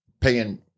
paying